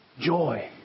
joy